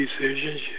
decisions